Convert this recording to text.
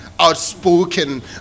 outspoken